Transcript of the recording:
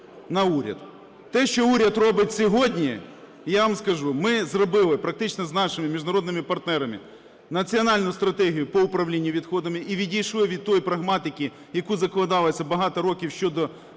Те що уряд робить сьогодні, я вам скажу, ми зробили практично з нашими міжнародними партнерами національну стратегію по управлінню відходами. І відійшли від тієї прагматики, яка закладалася багато років щодо